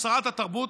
או שרת התרבות,